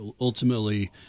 ultimately